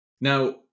now